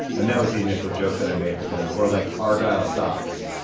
and that was the initial joke that i made with him. or like argyle socks.